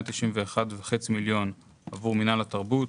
191.5 מיליון עבור מינהל התרבות.